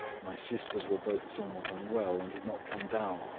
my sisters were both somewhat unwell, and had not come down.